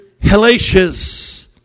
hellacious